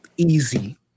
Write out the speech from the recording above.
Easy